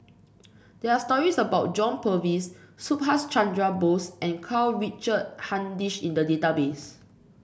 there are stories about John Purvis Subhas Chandra Bose and Karl Richard Hanitsch in the database